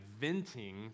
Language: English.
venting